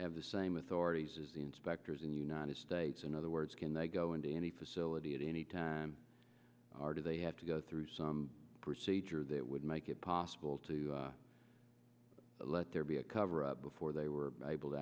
have the same authorities is inspect and united states in other words can they go into any facility at any time are they have to go through some procedure that would make it possible to let there be a cover up before they were able to